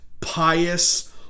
pious